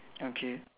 okay